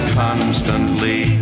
constantly